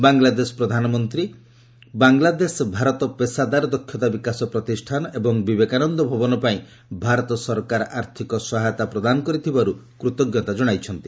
ବାଂଲାଦେଶ ପ୍ରଧାନମନ୍ତ୍ରୀ ବାଂଲାଦେଶ ଭାରତ ପେସାଦାର ଦକ୍ଷତା ବିକାଶ ପ୍ରତିଷ୍ଠାନ ଏବଂ ବିବେକାନନ୍ଦ ଭବନ ପାଇଁ ଭାରତ ସରକାର ଆର୍ଥକ ସହାୟତା ପ୍ରଦାନ କରିଥିବାରୁ କୃତ୍କତା ଜଣାଇଛନ୍ତି